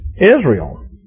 Israel